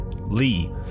Lee